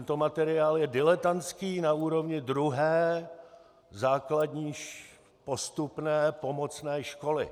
Tento materiál je diletantský na úrovni druhé základní postupné pomocné školy.